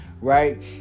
right